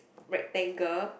rectangle